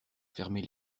fermer